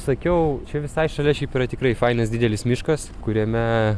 sakiau čia visai šalia šiaip yra tikrai fainas didelis miškas kuriame